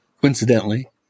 coincidentally